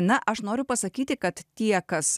na aš noriu pasakyti kad tie kas